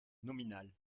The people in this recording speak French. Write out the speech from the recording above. nominal